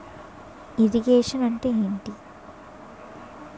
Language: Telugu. ఇరిగేషన్ అంటే ఏంటీ?